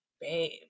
babe